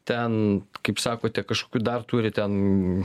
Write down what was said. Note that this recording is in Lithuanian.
ten kaip sakote kažkokių dar turi ten